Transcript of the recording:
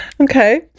Okay